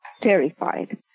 terrified